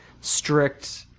strict